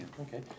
Okay